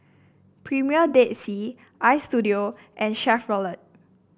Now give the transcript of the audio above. Premier Dead Sea Istudio and Chevrolet